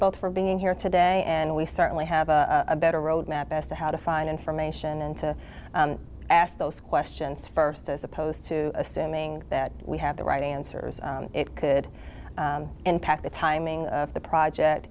both for being here today and we certainly have a better roadmap as to how to find information and to ask those questions first as opposed to assuming that we have the right answers it could impact the timing of the project